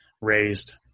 raised